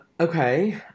okay